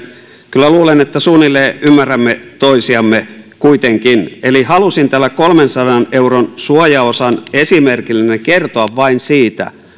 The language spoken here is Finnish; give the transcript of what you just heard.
kyllä luulen että suunnilleen ymmärrämme toisiamme kuitenkin eli halusin tällä kolmensadan euron suojaosan esimerkillä vain kertoa siitä